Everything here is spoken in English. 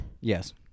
Yes